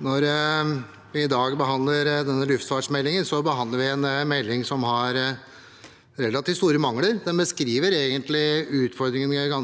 Når vi i dag be- handler denne luftfartsmeldingen, behandler vi en melding som har relativt store mangler. Den beskriver utfordringene